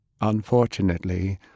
Unfortunately